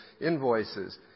invoices